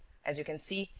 as you can see,